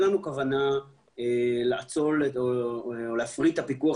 אין לנו כוונה לאצול או להפריט את הפיקוח